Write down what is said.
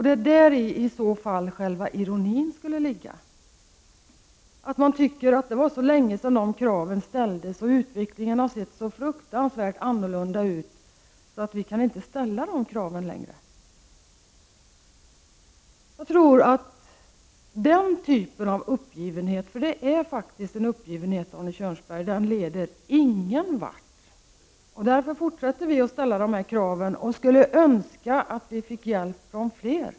Det är i så fall däri som själva ironin skulle ligga, dvs. att man anser att det är så länge sedan dessa krav ställdes och att utvecklingen har sett så fruktansvärt annorlunda ut att vi inte längre kan ställa dessa krav. Jag tror att denna typ av uppgivenhet, eftersom det faktiskt är fråga om uppgivenhet, Arne Kjörnsberg, inte leder någon vart. Därför fortsätter vi att ställa dessa krav och skulle önska att vi fick hjälp från fler.